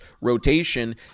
rotation